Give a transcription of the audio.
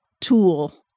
tool